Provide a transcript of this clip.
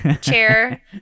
chair